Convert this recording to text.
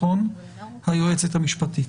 היועצת המשפטית.